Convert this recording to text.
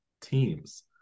teams